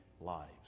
lives